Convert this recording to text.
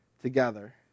together